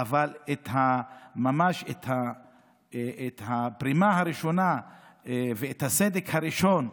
אבל את הפרימה הראשונה ואת הסדק הראשון